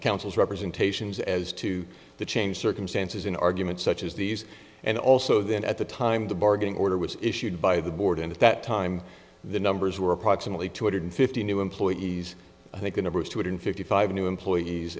counsel's representations as to the changed circumstances in arguments such as these and also then at the time the bargaining order was issued by the board and at that time the numbers were approximately two hundred fifty new employees i think the number is two hundred fifty five new employees